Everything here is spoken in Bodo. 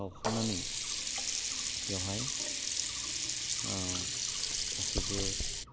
सावखांनानै बेवहाय गासैबो